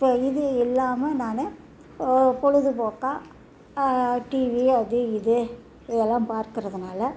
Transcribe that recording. இப்போ இது இல்லாமல் நான் பொழுதுபோக்காக டிவி அது இது இதெல்லாம் பார்க்கிறதுனால